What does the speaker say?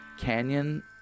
Canyon